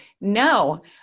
no